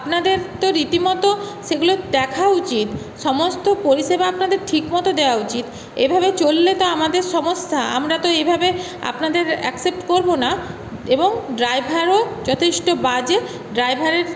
আপনাদের তো রীতিমতো সেগুলো দেখা উচিত সমস্ত পরিষেবা আপনাদের ঠিক মতো দেওয়া উচিত এভাবে চললে তো আমাদের সমস্যা আমরা তো এইভাবে আপনাদের অ্যাকসেপ্ট করব না এবং ড্রাইভারও যথেষ্ট বাজে ড্রাইভারের